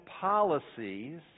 policies